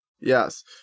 yes